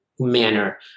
manner